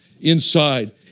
inside